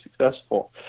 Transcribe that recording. successful